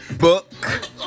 Book